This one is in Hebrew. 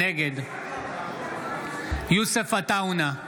נגד יוסף עטאונה,